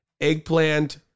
eggplant